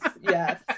yes